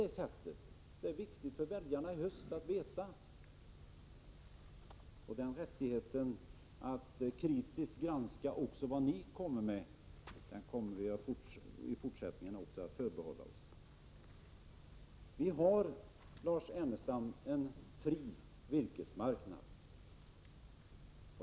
För väljarna är det väsentligt att i höst veta detta, och rättigheten att kritiskt granska också vad ni kommer med ämnar vi förbehålla oss även i fortsättningen. Vi har, Lars Ernestam, en fri virkesmarknad.